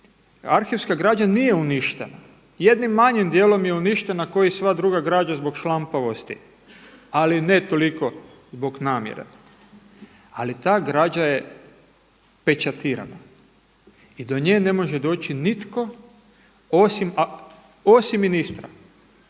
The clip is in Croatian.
arhivska građa nije uništena. Jednim malim dijelom je uništena kao i sva druga građa zbog šlampavosti, ali ne toliko zbog namjera. Ali ta građa je pečatirana i do nje ne može doći nitko osim ministra,